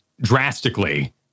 drastically